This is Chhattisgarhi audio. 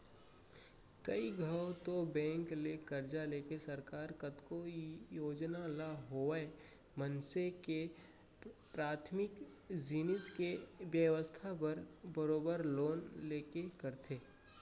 कइ घौं तो बेंक ले करजा लेके सरकार कतको योजना ल होवय मनसे के पराथमिक जिनिस के बेवस्था बर बरोबर लोन लेके करथे